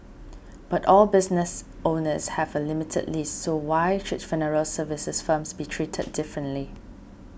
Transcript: but all business owners have a limited lease so why should funeral services firms be treated differently